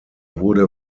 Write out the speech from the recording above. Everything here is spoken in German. wurde